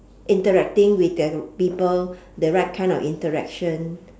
interacting with the people the right kind of interaction